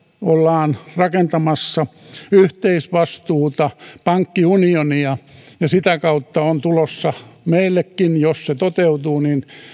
ollaan rakentamassa yhteisvastuuta pankkiunionia sitä kautta on tulossa meillekin jos se toteutuu